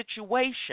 situation